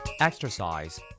Exercise